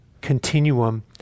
continuum